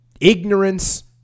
ignorance